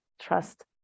trust